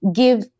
give